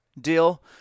deal –